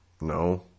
No